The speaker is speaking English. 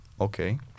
Okay